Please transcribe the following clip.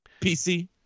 PC